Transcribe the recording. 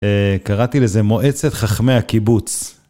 קראתי לזה מועצת חכמי הקיבוץ.